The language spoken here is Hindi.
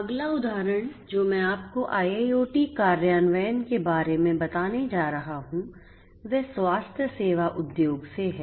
अगला उदाहरण जो मैं आपको IIoT कार्यान्वयन के बारे में बताने जा रहा हूं वह स्वास्थ्य सेवा उद्योग से है